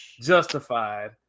justified